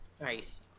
Nice